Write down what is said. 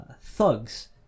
thugs